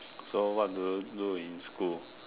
so what do you do in school